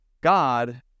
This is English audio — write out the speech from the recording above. God